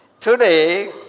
Today